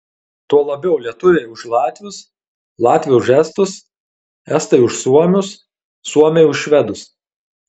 tuo labiau lietuviai už latvius latviai už estus estai už suomius suomiai už švedus